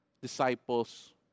disciples